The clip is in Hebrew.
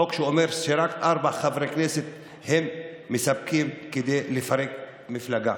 חוק שאומר שרק ארבעה חברי כנסת מספיקים כדי לפרק מפלגה.